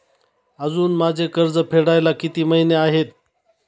अजुन माझे कर्ज फेडायला किती महिने आहेत?